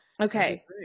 Okay